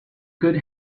could